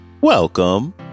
welcome